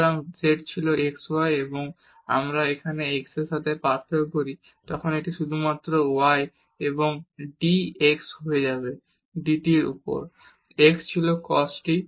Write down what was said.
সুতরাং z ছিল x y এবং যখন আমরা এখানে x এর সাথে পার্থক্য করি তখন এটি শুধুমাত্র y এবং dx হয়ে যাবে dt এর উপর x ছিল cos t